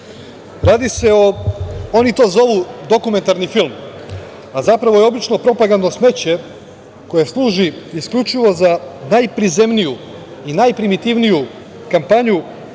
se o, a oni to zovu, dokumentarni film, a zapravo je obično propagandno smeće koje služi isključivo za najprizemniju i najprimitivniju kampanju